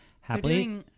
Happily